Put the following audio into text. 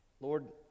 Lord